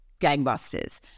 gangbusters